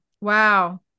Wow